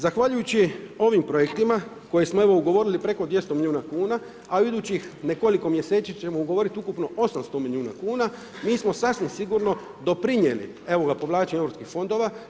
Zahvaljujući ovim projektima koje smo evo ugovorili preko 200 miliona kuna, a u idućih nekoliko mjeseci ćemo ugovorit ukupno 800 miliona kuna mi smo sasvim sigurno doprinijeli evo ga u povlačenju Europskih fondova.